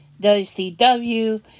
WCW